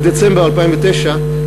בדצמבר 2009,